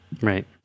Right